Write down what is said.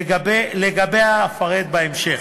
שלגביה אפרט בהמשך.